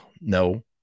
no